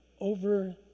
over